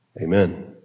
Amen